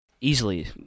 Easily